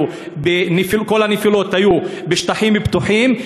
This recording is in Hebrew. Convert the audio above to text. כל הנפילות היו בשטחים פתוחים,